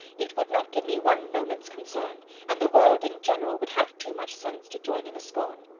it would not give me one moment's concern and the world in general would have too much sense to join in the scorn.